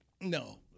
no